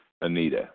Anita